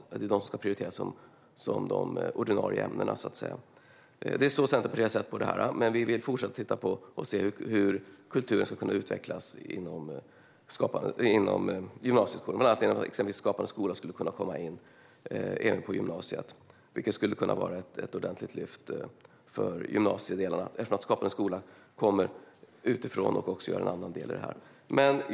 Det är de ämnena som ska prioriteras som ordinarie ämnen, så att säga. Det är så Centerpartiet har sett på det här. Vi vill dock fortsätta att titta på hur kulturen ska kunna utvecklas inom gymnasieskolan. Till exempel skulle Skapande skola kunna komma in även på gymnasiet, vilket skulle kunna innebära ett ordentligt lyft för gymnasiet, eftersom Skapande skola kommer utifrån och gör en annan del.